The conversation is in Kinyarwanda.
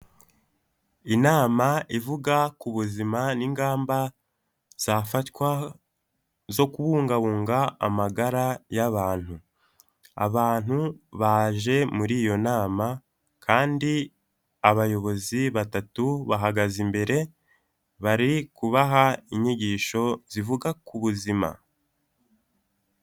Inama ivuga ku buzima n'ingamba zafatwa zo kubungabunga amagara y'abantu, abantu baje muri iyo nama kandi abayobozi batatu bahagaze imbere, bari kubaha inyigisho zivuga ku buzima.